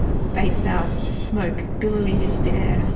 vapes out, smoke billowing into the air.